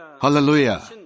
Hallelujah